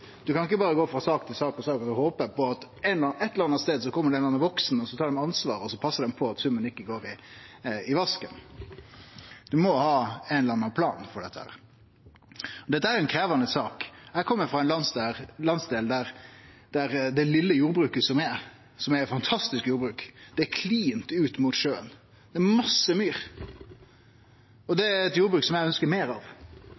kan ikkje berre gå frå sak til sak og håpe på at ein eller annan stad kjem det ein vaksen som tar ansvar og passar på at summen ikkje går i vasken. Ein må ha ein eller annan plan for dette. Dette er ei krevjande sak. Eg kjem frå ein landsdel der det litle jordbruket som er, som er eit fantastisk jordbruk, er klint ut mot sjøen, det er masse myr, og det er eit jordbruk som eg ønskjer meir av